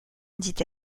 dit